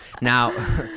Now